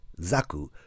Zaku